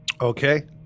Okay